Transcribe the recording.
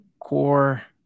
core